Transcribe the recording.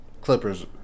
Clippers